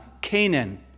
Canaan